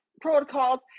protocols